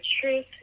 truth